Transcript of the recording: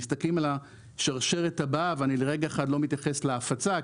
מסתכלים על השרשרת הבאה ואני לרגע אחד לא מתייחס להפצה,